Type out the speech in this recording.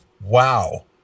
Wow